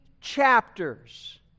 chapters